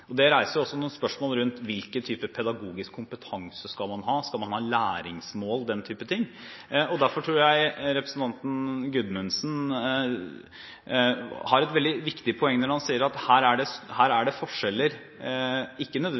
– der ligger vi allerede ganske høyt – men det er fysisk aktivitet på en annen måte. Det reiser også noen spørsmål rundt hvilken type pedagogisk kompetanse man skal ha, om man skal ha læringsmål osv. Derfor tror jeg representanten Gudmundsen har et veldig viktig poeng når han sier at her er det forskjeller, ikke